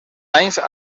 anys